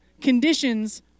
conditions